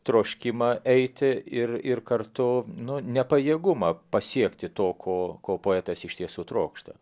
troškimą eiti ir ir kartu nu ne pajėgumą pasiekti to ko ko poetas iš tiesų trokšta